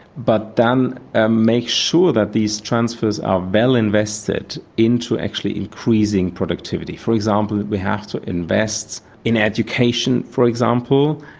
but then ah make sure that these transfers are well invested into actually increasing productivity. for example, we have to invest in education, for example,